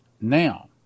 Now